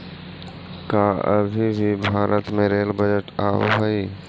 का अभी भी भारत में रेल बजट आवा हई